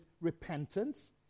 repentance